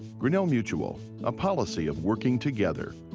grinnell mutual a policy of working together.